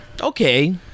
Okay